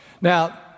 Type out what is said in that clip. Now